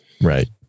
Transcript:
Right